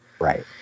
Right